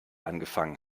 angefangen